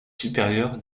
supérieure